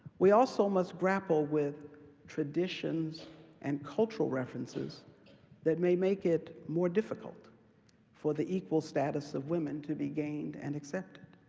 we also must grapple with traditions and cultural references that may make it more difficult for the equal status of women to be gained and accepted.